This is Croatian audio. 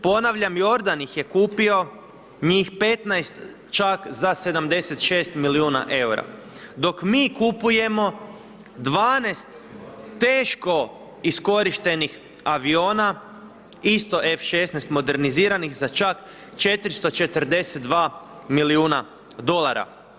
Ponavljam, Jordan ih je kupio, njih 15 čak za 76 milijuna eura dok mi kupujemo 12 teško iskorištenih aviona, isto F 16 moderniziranih za čak 442 milijuna dolara.